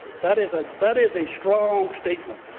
that is ah that is a strong statement.